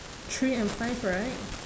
three and five right